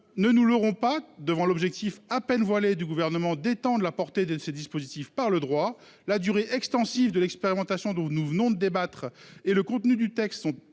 Ne nous leurrons pas devant l'objectif à peine voilé du Gouvernement d'étendre la portée de ces dispositifs par le droit : la durée extensive de l'expérimentation dont nous venons de débattre et le contenu du texte sont